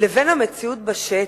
לבין המציאות בשטח.